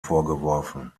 vorgeworfen